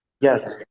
Yes